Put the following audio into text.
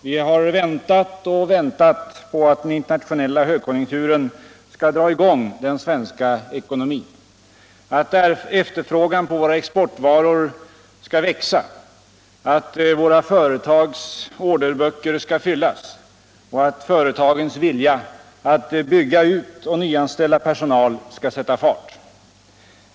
Vi har väntat och väntat på att den internationella högkonjunkturen skall dra i gång den svenska ckonomin, att efterfrågun på våra exportvaror skall växa, att våra företags orderböcker skall fyllas och att-företagens vilja att bygga ut och nyanställa personal skall sätta fart.